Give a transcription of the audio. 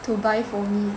to buy for me